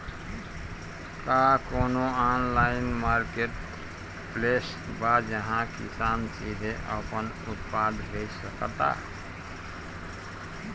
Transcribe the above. का कोनो online marketplace बा जहां किसान सीधे अपन उत्पाद बेच सकता?